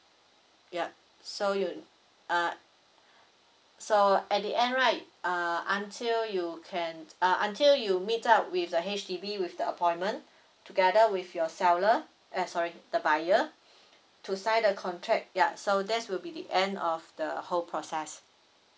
ya so you uh so at the end right uh until you can uh until you meet up with the H_D_B with the appointment together with your seller eh sorry the buyer to sign the contract ya so that's will be the end of the whole process